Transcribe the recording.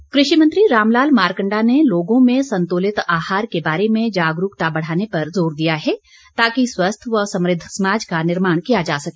मारकंडा कृषि मंत्री रामलाल मारकंडा ने लोगों में संतुलित आहार के बारे में जागरूकता बढ़ाने पर जोर दिया है ताकि स्वस्थ व समृद्ध समाज का निर्माण किया जा सके